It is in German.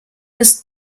ist